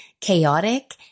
chaotic